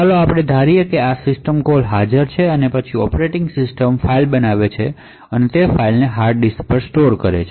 ચાલો આપણે ધારીએ કે સિસ્ટમ કોલ્સ હાજર છે અને પછી ઑપરેટિંગ સિસ્ટમ ફાઇલ બનાવે છે અને તે ફાઇલને હાર્ડ ડિસ્ક પર સ્ટોર કરે છે